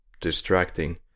distracting